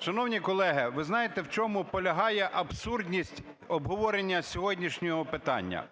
Шановні колеги, ви знаєте, в чому полягає абсурдність обговорення сьогоднішнього питання?